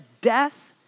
death